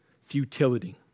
futility